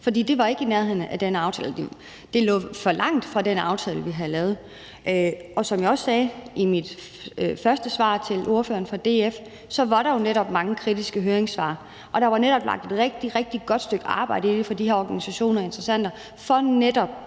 for det var ikke i nærheden af den aftale eller lå for langt fra den aftalte, vi havde lavet. Og som jeg også sagde i mit første svar til ordføreren fra DF, var der jo netop mange kritiske høringssvar, og der var lagt et rigtig, rigtig godt stykke arbejde i det fra de her organisationer og interessenter for netop